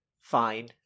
fine